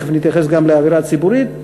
תכף אני אתייחס גם לאווירה הציבורית,